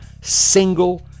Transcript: single